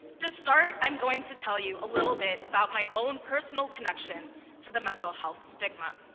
to start, i'm going to tell you a little bit about my own personal connection to the mental-health stigma.